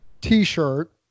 T-shirt